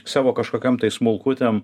savo kažkokiam tai smulkutėm